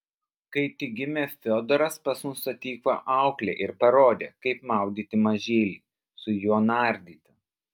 kai tik gimė fiodoras pas mus atvyko auklė ir parodė kaip maudyti mažylį su juo nardyti